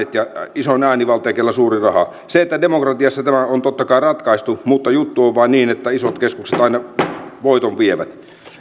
isoin äänivalta ja jolla on suuri raha demokratiassa tämä on totta kai ratkaistu mutta juttu on vain niin että isot keskukset aina voiton vievät